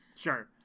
Sure